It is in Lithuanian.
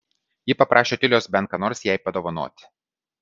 ji paprašė otilijos bent ką nors jai padovanoti